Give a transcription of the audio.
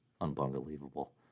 unbelievable